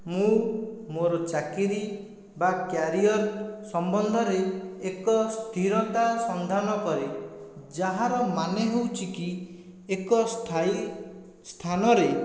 ମୁଁ ମୋର ଚାକିରି ବା କ୍ୟାରିଅର ସମ୍ବନ୍ଧରେ ଏକ ସ୍ଥିରତା ସନ୍ଧାନ କରେ ଯାହାର ମାନେ ହେଉଛିକି ଏକ ସ୍ଥାୟୀ ସ୍ଥାନରେ